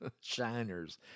shiners